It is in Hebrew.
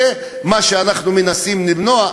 זה מה שאנחנו מנסים למנוע,